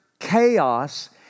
chaos